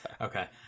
okay